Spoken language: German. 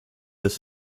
des